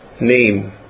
name